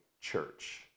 church